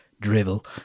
drivel